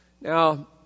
Now